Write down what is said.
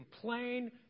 complain